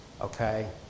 okay